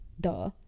Duh